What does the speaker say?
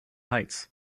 heights